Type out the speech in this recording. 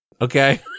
Okay